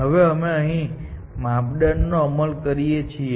હવે અમે અહીં આ માપદંડનો અમલ કરીએ છીએ